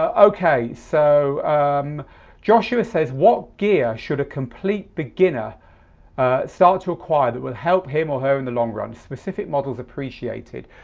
ah okay, so um joshua says what gear should a complete beginner start to acquire that will help him or her in the long run? specific models appreciated.